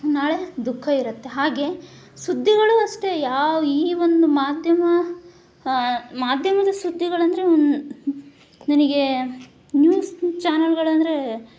ನಾಳೆ ದುಃಖ ಇರುತ್ತೆ ಹಾಗೆ ಸುದ್ದಿಗಳು ಅಷ್ಟೇ ಯಾವ ಈ ಒಂದು ಮಾಧ್ಯಮ ಮಾಧ್ಯಮದ ಸುದ್ದಿಗಳಂದರೆ ಒನ್ ನನಗೆ ನ್ಯೂಸ್ ಚಾನೆಲ್ಗಳಂದರೆ